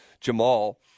Jamal